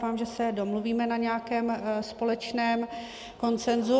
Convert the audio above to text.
Doufám, že se domluvíme na nějakém společném konsenzu.